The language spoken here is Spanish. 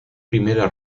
primera